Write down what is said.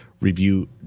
Review